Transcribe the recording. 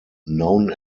known